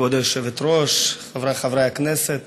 כבוד היושבת-ראש, חבריי חברי הכנסת,